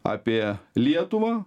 apie lietuvą